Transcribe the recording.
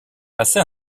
passé